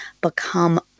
become